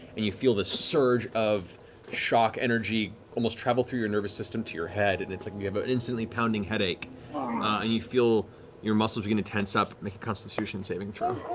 and you feel this surge of shock energy almost travel through your nervous system to your head, and it's like you have ah an instantly pounding headache um ah and you feel your muscles begin to tense up. make a constitution saving throw.